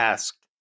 Asked